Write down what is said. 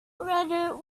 rudder